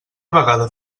vegada